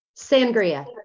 sangria